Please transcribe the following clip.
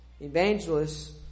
Evangelists